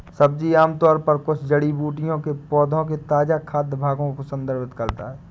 सब्जी आमतौर पर कुछ जड़ी बूटियों के पौधों के ताजा खाद्य भागों को संदर्भित करता है